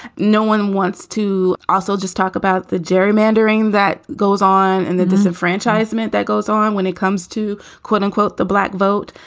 no one wants to also just talk about the gerrymandering that goes on and the disenfranchisement that goes on when it comes to, quote unquote, the black vote.